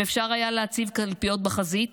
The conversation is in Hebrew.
אם אפשר היה להציב קלפיות בחזית,